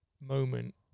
moment